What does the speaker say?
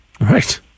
Right